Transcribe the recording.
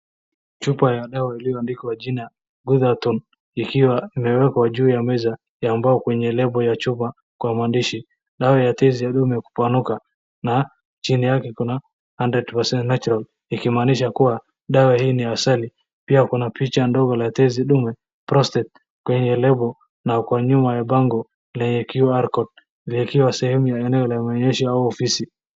Chupa ya dawa iliyoandikwa jina ghudatun ikiwa imewekwa juu ya meza ya mbao kwenye lebo ya chupa kwa maandishi dawa ya tezi dume kupanuka na chini yake iko na 100% natural ikimaanisha kuwa dawa hii ni ya asili, pia kuna picha ndogo ya tezi dume prostrate kwenye lebo na kwa nyuma ya bango lenye QR code na ikiwa sehemu ya maonyesho au ofisi.